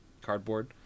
cardboard